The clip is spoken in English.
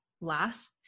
last